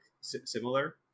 similar